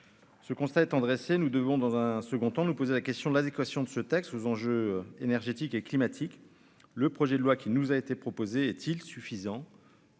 ce constat étant dressé, nous devons, dans un second temps nous poser la question de l'adéquation de ce texte aux enjeux énergétiques et climatiques, le projet de loi qui nous a été proposé est-il suffisant,